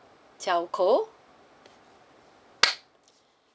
telco